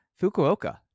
fukuoka